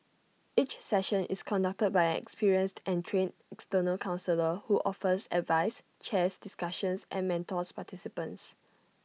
each session is conducted by an experienced and trained external counsellor who offers advice chairs discussions and mentors participants